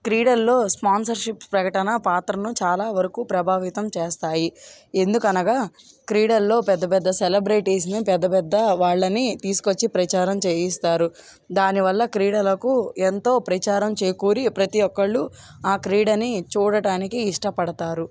క్రీడలలో స్పాన్సర్షిప్ ప్రకటన పాత్రను చాలా వరకు ప్రభావితం చేస్తాయి ఎందుకనగా క్రీడలలో పెద్ద పెద్ద సెలబ్రిటీస్ని పెద్ద పెద్ద వాళ్ళని తీసుకు వచ్చి ప్రచారం చేస్తారు దానివల్ల క్రీడలకు ఎంతో ప్రచారం చేకూరి ప్రతి ఒక్కరు ఆ క్రీడని చూడటానికి ఇష్టపడతారు